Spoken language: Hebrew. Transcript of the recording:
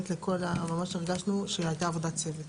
הרגשנו שהייתה עבודת צוות.